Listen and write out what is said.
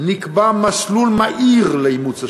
ונקבע מסלול מהיר לאימוץ השינוי.